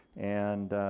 and